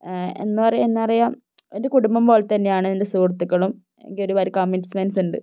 എന്താ പറയുക എന്താ പറയുക എന്റെ കുടുംബം പോലെതന്നെയാണ് എന്റെ സുഹൃത്തുക്കളും എന്നിക്കൊരുപാട് കമ്മിറ്റ്മെന്റ്സ് ഉണ്ട്